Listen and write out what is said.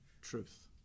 truth